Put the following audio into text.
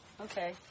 Okay